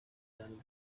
done